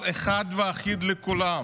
אבל אחד ואחיד לכולם.